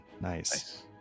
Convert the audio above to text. Nice